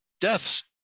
deaths